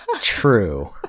True